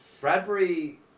Bradbury